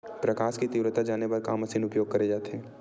प्रकाश कि तीव्रता जाने बर का मशीन उपयोग करे जाथे?